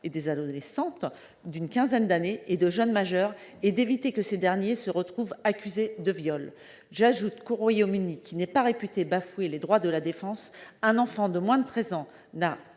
et des adolescentes d'une quinzaine d'années et de jeunes majeurs et d'éviter que ces derniers ne se retrouvent accusés de viol. J'ajoute qu'au Royaume-Uni, pays qui n'est pas réputé bafouer les droits de la défense, un enfant de moins de treize ans n'a